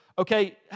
Okay